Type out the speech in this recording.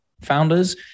founders